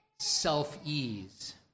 self-ease